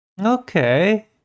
Okay